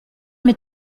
mit